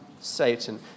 Satan